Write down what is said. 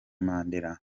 mandela